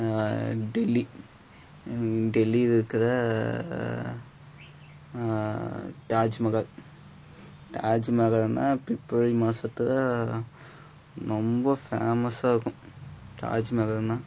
டெல்லி டெல்லியில் இருக்கிற தாஜ்மகால் தாஜ்மகால்னால் பிப்ரவரி மாதத்துல ரொம்ப ஃபேமஸாக இருக்கும் தாஜ்மகால்னால்